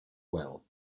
well